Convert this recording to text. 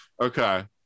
Okay